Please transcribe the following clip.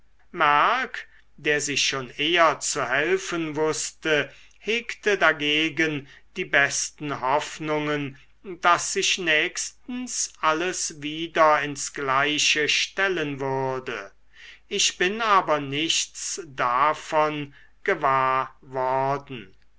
merck der sich schon eher zu helfen wußte hegte dagegen die besten hoffnungen daß sich nächstens alles wieder ins gleiche stellen würde ich bin aber nichts davon gewahr worden